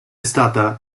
stata